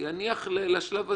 יניח לשלב הזה.